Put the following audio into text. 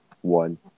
One